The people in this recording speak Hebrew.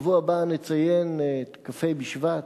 בעוד כשבועיים נציין את כ"ה בשבט,